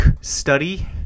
study